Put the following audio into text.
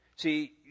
See